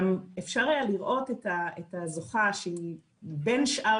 גם אפשר היה לראות את הזוכה שבים שאר